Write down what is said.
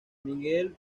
miguel